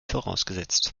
vorausgesetzt